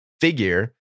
figure